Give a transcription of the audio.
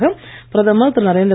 முன்னதாக பிரதமர் திரு